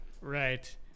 Right